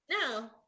No